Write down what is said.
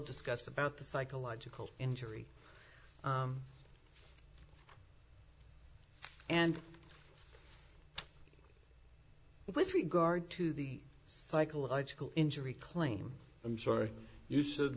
discuss about the psychological injury and with regard to the psychological injury claim i'm sorry you said